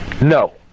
No